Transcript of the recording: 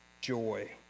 joy